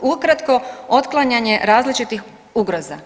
ukratko otklanjanje različitih ugroza.